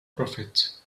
prophet